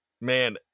Man